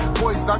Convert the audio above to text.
boys